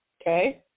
Okay